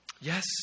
Yes